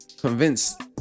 convinced